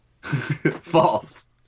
false